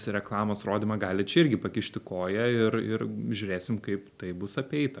reklamos rodymą gali čia irgi pakišti koją ir ir žiūrėsim kaip tai bus apeita